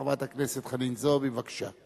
חברת הכנסת חנין זועבי, בבקשה.